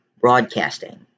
broadcasting